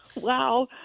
Wow